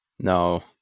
no